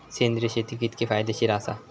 सेंद्रिय शेती कितकी फायदेशीर आसा?